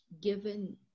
given